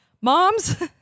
Moms